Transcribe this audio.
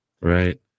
Right